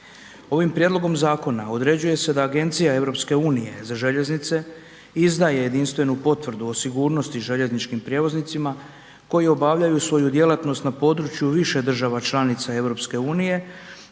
Ovim prijedlogom zakona određuje se da Agencija EU za željeznice izdaje jedinstvenu potvrdu o sigurnosti željezničkim prijevoznicima koji obavljaju svoju djelatnost na području više država članica EU